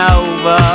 over